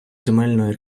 земельної